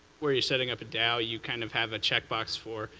where you're setting up a dao, you kind of have a check box for,